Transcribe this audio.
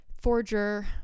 forger